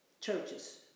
churches